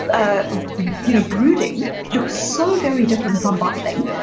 ah you know brooding look so very different from bottling,